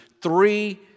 three